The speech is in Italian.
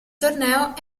torneo